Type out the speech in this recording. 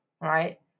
right